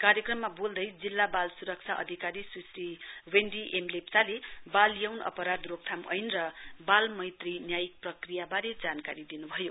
कार्यक्रममा बोल्दै जिल्ला बाल सुरक्षा अधिकारी सूश्री वेन्डी एम लेप्चाले वाल यौन अपराध रोकथाम ऐन र बालमैत्री न्यायिक प्रकियावारे जानकारी दिनुभयो